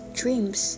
dreams